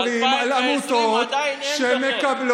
ב-2020 עדיין אין דוחות.